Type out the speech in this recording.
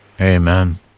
Amen